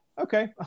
okay